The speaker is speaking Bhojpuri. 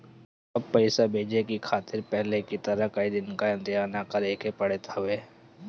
अब पइसा भेजे खातिर पहले की तरह कई दिन इंतजार ना करेके पड़त हवे